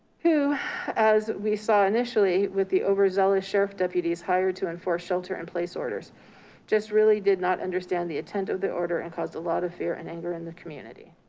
who as we saw initially with the overzealous sheriff deputies hired to enforce shelter in place orders just really did not understand the intent of the order and caused a lot of fear and anger in the community.